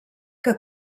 que